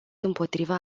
împotriva